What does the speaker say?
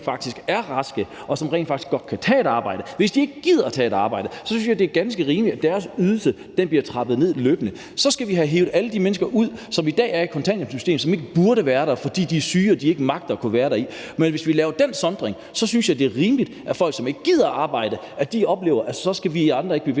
faktisk er raske, og som rent faktisk godt kan tage et arbejde. Hvis de ikke gider tage et arbejde, synes jeg det er ganske rimeligt, at deres ydelse bliver trappet ned løbende. Så skal vi have hevet alle de mennesker ud, som i dag er i kontanthjælpssystemet, og som ikke burde være det, fordi de er syge og de ikke magter at være deri. Men hvis vi laver den sondring, synes jeg det er rimeligt, at folk, som ikke gider arbejde, oplever, at så skal vi andre ikke blive